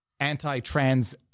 anti-trans